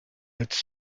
als